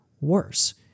worse